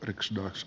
ärade talman